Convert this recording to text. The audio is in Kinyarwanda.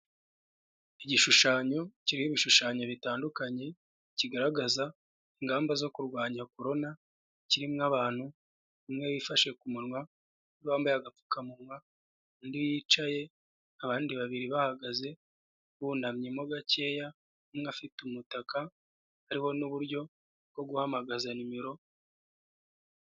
Igishushanyo kirimo ibishushanyo bitandukanye kigaragaza ingamba zo kurwanya corona kirimo abantu umwe wifashe ku munwa wambaye agapfukamunwa undi yicaye abandi babiri bahagaze bunamyemo gakeya umwe afite umutaka hari n'uburyo bwo guhamagaza nimero.